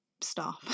stop